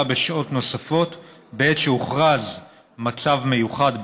בשעות נוספות בעת שהוכרז מצב מיוחד בעורף,